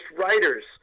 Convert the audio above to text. writers